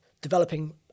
developing